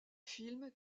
film